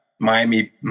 Miami